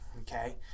Okay